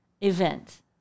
event